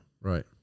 Right